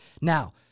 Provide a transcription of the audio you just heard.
Now